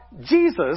Jesus